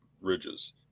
ridges